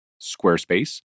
Squarespace